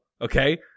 Okay